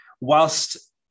whilst